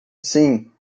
sim